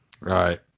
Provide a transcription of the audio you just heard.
right